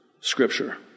Scripture